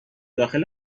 داخل